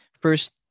first